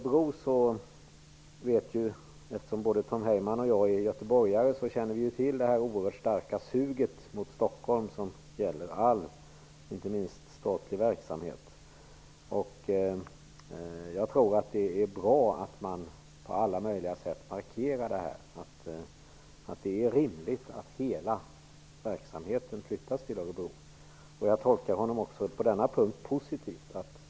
Både Tom Heyman och jag är göteborgare. Vi känner till det oerhört starka sug mot Stockholm som gäller all verksamhet -- inte minst statlig. Jag tror att det är bra att man på alla möjliga sätt markerar att det är rimligt att hela verksamheten flyttas till Örebro. Jag tolkar också på denna punkt Tom Heyman positivt.